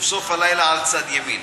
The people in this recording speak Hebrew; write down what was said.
ובסוף הלילה על צד ימין.